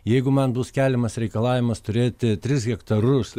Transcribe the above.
jeigu man bus keliamas reikalavimas turėti tris hektarus